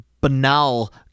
banal